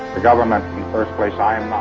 the government in the first